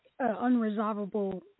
unresolvable